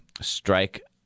strike